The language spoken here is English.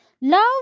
Love